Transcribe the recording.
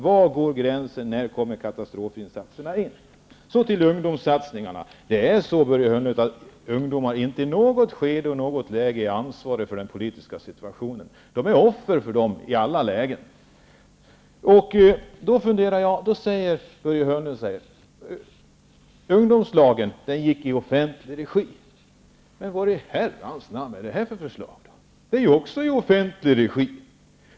Var går gränsen -- när sätts katastrofinsatserna in? Så till ungdomssatsningarna. Det är så, Börje Hörnlund, att ungdomar inte i något skede och något läge är ansvariga för den politiska situationen. De är offer för den i alla lägen. Börje Hörnlund säger att ungdomslagen var i offentlig regi. Men vad i Herrans namn är då det här för ett förslag? Det är ju också i offentlig regi.